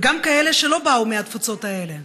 וגם כאלה שלא באו מהתפוצות האלה